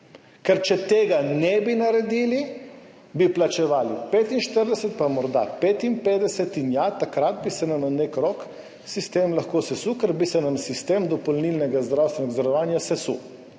Ker če tega ne bi naredili, bi plačevali 45 pa morda 55 in ja, takrat bi se nam na nek rok sistem lahko sesul, ker bi se nam sistem dopolnilnega zdravstvenega zavarovanja sesul.